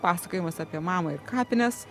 pasakojimas apie mamą ir kapines